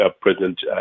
President